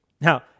Now